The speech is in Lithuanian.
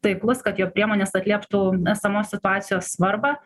taiklus kad jo priemonės atlieptų esamos situacijos svarbą